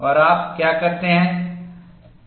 और आप क्या करते है